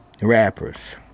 Rappers